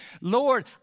Lord